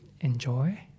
enjoy